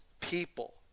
people